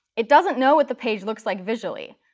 it doesn't know what the page looks like visually.